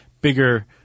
bigger